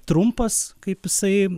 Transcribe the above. trumpas kaip jisai